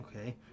Okay